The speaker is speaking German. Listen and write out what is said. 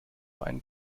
einen